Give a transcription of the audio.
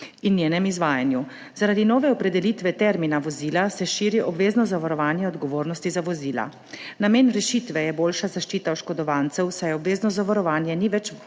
in njenem izvajanju. Zaradi nove opredelitve termina vozila se širi obvezno zavarovanje odgovornosti za vozila. Namen rešitve je boljša zaščita oškodovancev, saj obvezno zavarovanje ni več